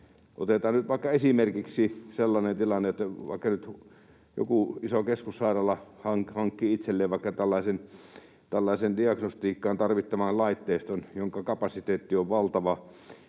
vaikka esimerkiksi sellainen tilanne, että jos vaikka joku iso keskussairaala hankkii itselleen vaikka tällaisen diagnostiikkaan tarvittavan laitteiston, jonka kapasiteetti on valtava,